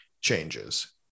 changes